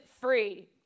free